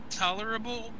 tolerable